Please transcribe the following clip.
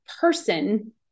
person